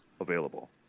available